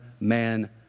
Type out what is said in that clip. man